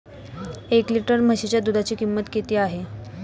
एक लिटर म्हशीच्या दुधाची किंमत किती आहे?